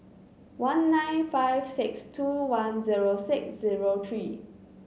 one nine five six two one zero six zero three